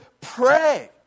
pray